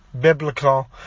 biblical